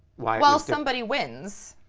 well, somebody wins.